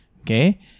Okay